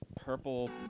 purple